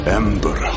ember